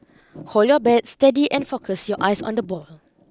hold your bat steady and focus your eyes on the ball